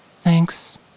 Thanks